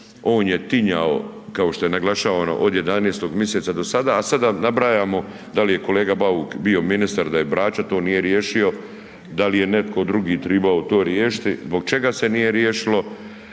on je tinjao kao što je naglašavano od 11. mjeseca od sada, a sad da nabrajamo dal je kolega Bauk bio ministar, da je s Brača, to nije riješio, dal je netko drugi tribo riješiti, zbog čega se nije riješilo,